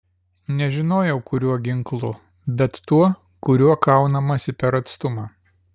nežinojau kuriuo ginklu bet tuo kuriuo kaunamasi per atstumą